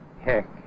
Heck